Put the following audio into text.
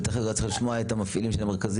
צריך לשמוע את המפעילים של המרכזים.